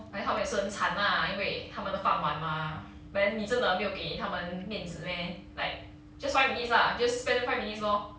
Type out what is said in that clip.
like 他们也是很惨 lah 因为他们的饭碗 mah then 你真的没有给他们面子 meh like just five minutes lah just spend five minutes lor